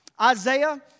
Isaiah